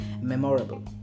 memorable